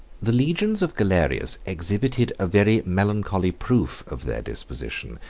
the legions of galerius exhibited a very melancholy proof of their disposition,